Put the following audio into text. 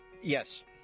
Yes